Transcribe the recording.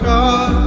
God